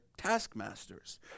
taskmasters